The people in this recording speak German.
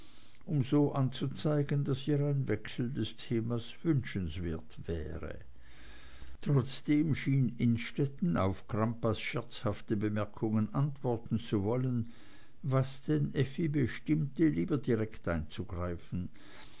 um so anzuzeigen daß ihr ein wechsel des themas wünschenswert wäre trotzdem schien innstetten auf crampas scherzhafte bemerkungen antworten zu wollen was denn effi bestimmte lieber direkt einzugreifen